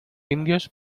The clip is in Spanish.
indios